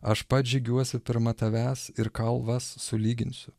aš pats žygiuosiu pirma tavęs ir kalvas sulyginsiu